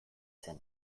zen